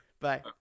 Bye